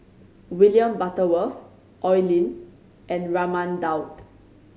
William Butterworth Oi Lin and Raman Daud